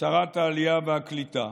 לשרת העלייה והקליטה